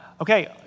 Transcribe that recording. Okay